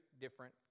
different